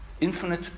Infinite